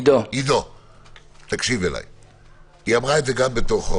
היא אמרה את זה גם בתוכו,